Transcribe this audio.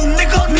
nigga